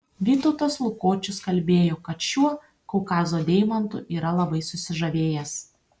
vytautas lukočius kalbėjo kad šiuo kaukazo deimantu yra labai susižavėjęs